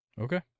Okay